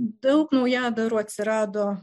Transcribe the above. daug naujadarų atsirado